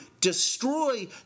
destroy